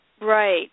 Right